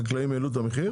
החקלאים העלו את המחיר?